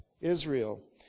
Israel